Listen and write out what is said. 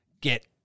get